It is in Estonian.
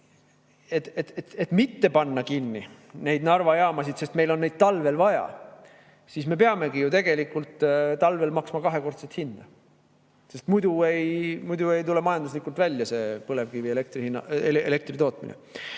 et mitte panna kinni neid Narva jaamasid, sest meil on neid talvel vaja, siis me peamegi ju tegelikult talvel maksma kahekordset hinna, muidu ei tule majanduslikult välja see põlevkivielektri tootmine.